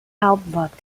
outlook